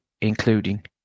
including